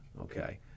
Okay